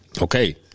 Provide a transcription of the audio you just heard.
Okay